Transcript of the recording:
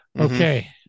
okay